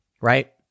right